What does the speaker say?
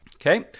Okay